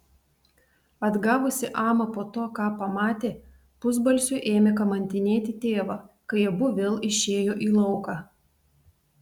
atgavusi amą po to ką pamatė pusbalsiu ėmė kamantinėti tėvą kai abu vėl išėjo į lauką